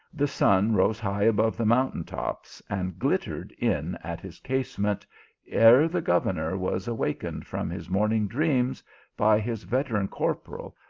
the sun rose high above the mountain-tops, and glittered in at his casement ere the governor was awakened from his morning dreams by his veteran corporal,